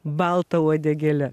balta uodegėle